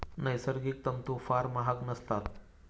नैसर्गिक तंतू फार महाग नसतात